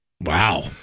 Wow